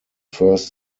first